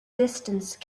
distance